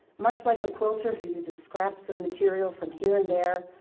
much like a quilter who uses scraps of material from here and there,